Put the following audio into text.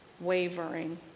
wavering